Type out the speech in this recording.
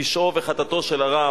פשעו וחטאתו של הרב,